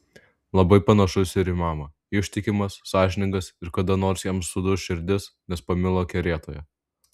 labai panašus ir į mamą ištikimas sąžiningas ir kada nors jam suduš širdis nes pamilo kerėtoją